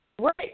Right